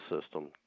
system